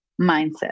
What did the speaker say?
mindset